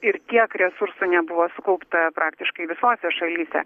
ir tiek resursų nebuvo sukaupta praktiškai visose šalyse